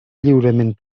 lliurament